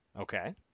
Okay